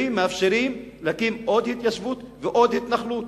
ומאפשרים להקים עוד התיישבות ועוד התנחלות,